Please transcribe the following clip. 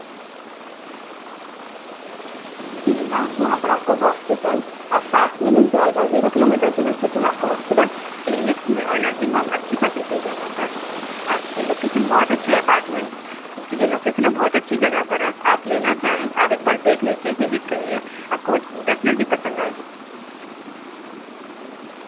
جی ہاں وہاں پر آپ کو ہاسپٹل اور پارک میں مل جائے گا زیرو کلو میٹر کی نزدیک میں آپ کو ہاسپٹل کلینکس میں اور نرسنگ ہوم اچھی فیسلٹیز ہے وہاں پر آپ کی لوکیشن بہت اچھے اپارٹمنٹ کی جو لوکیشن ہے وہ بہت اچھی جگہ پر ہے آپ لینا چاہیں آپ ایک بار دیکھ لیجیے وزٹ کریے آپ کو وہ ڈیفنیٹلی پسند آئے گی